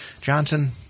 Johnson